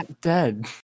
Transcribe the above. dead